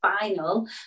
final